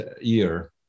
year